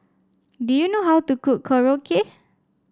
do you know how to cook Korokke